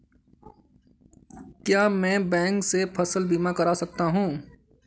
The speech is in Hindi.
क्या मैं बैंक से फसल बीमा करा सकता हूँ?